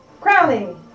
Crowley